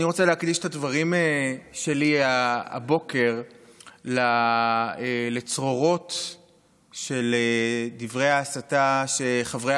אני רוצה להקדיש את הדברים שלי הבוקר לצרורות של דברי ההסתה שחברי